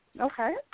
Okay